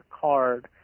card